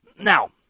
Now